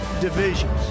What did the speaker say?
divisions